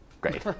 Great